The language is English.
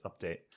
update